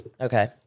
Okay